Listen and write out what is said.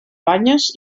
banyes